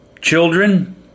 children